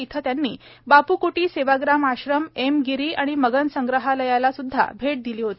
तिथे त्यांनी बापूक्टी सेवाग्राम आश्रम एम गिरी आणि मगन संग्रहालयाला सुद्धा भेट दिली होती